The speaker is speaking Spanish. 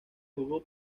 jugó